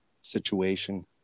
situation